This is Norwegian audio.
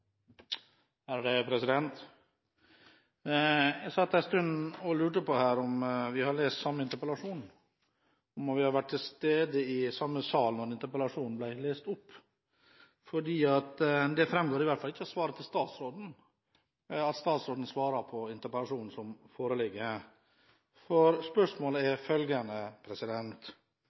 om vi har lest samme interpellasjon, om vi var til stede i samme sal da interpellasjonen ble lest opp. Det framgår i hvert fall ikke av svaret til statsråden, at statsråden svarer på interpellasjonen som foreligger. Spørsmålet er følgende: